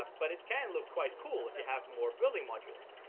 ah but it can look quite cool if you have more building modules.